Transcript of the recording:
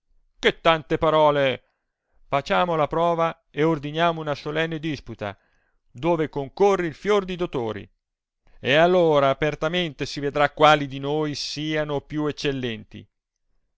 che tante parole facciamo la prova e ordiniamo una solenne disputa dove concorri il fior di dottori e all ora apertamente si vedrà quali di noi siano più eccellenti